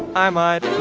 i might